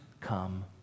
come